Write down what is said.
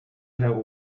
der